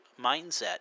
mindset